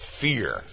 fear